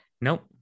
nope